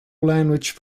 language